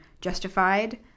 justified